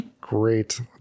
Great